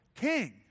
king